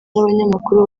n’abanyamakuru